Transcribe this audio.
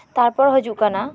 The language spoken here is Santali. ᱛᱟᱨᱯᱚᱨ ᱦᱤᱡᱩᱜ ᱠᱟᱱᱟ